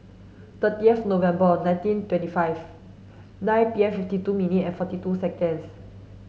thirtieth November nineteen twenty five nine P M fifty two minute and forty two seconds